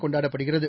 கொண்டாடப்படுகிறது